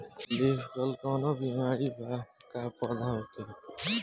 Leaf curl कौनो बीमारी बा का पौधा के?